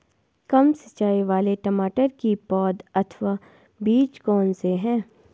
कम सिंचाई वाले टमाटर की पौध अथवा बीज कौन से हैं?